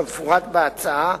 כמפורט בהצעה,